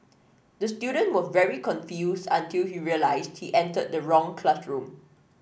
the student was very confused until he realised he entered the wrong classroom